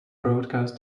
broadcast